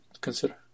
consider